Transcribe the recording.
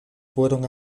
fueron